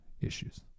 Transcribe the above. issues